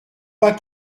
pas